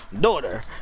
daughter